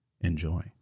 Enjoy